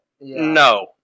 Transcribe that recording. no